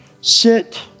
sit